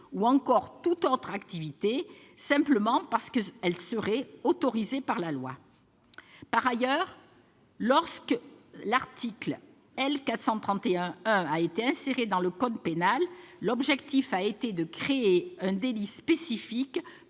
ou encore toute autre activité, simplement parce que celles-ci seraient « autorisée[s] par la loi ». Par ailleurs, lorsque l'article 431-1 a été inséré dans le code pénal, l'objectif était de créer un délit spécifique